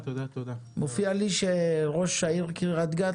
מופיע לי שראש העיר קריית גת